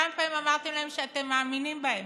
כמה פעמים אמרתם להם שאתם מאמינים בהם,